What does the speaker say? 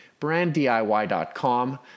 BrandDIY.com